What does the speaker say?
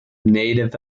native